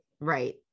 Right